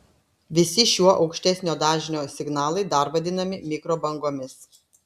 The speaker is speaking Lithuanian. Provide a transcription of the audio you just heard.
visi šiuo aukštesnio dažnio signalai dar vadinami mikrobangomis